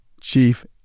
Chief